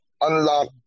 unlock